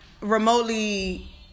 remotely